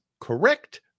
correct